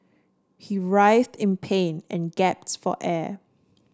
he writhed in pain and gasp for air